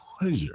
pleasure